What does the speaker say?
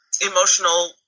emotional